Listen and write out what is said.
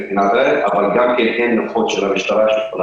אבל גם אין --- של המשטרה.